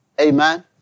Amen